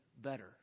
better